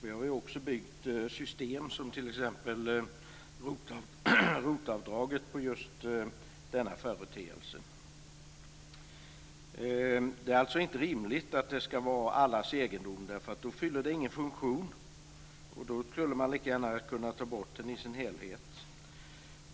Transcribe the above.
Vi har också byggt system, som t.ex. ROT-avdraget, på just denna företeelse. Det är alltså inte rimligt att F-skattsedeln ska vara allas egendom. Då fyller den ingen funktion. Då skulle man lika gärna kunna ta bort den i sin helhet.